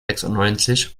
sechsundneunzig